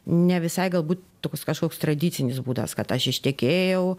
ne visai galbūt toks kažkoks tradicinis būdas kad aš ištekėjau